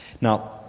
Now